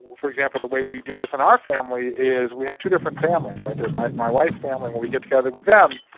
for example, the way we do this in our family is we have two different families right, there is my my wife's family and we get together with them.